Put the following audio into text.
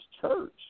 church